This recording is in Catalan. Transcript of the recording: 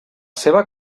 seva